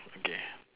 okay